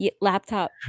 laptop